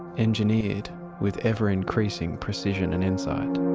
engineered with ever-increasing precision and insight.